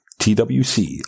TWC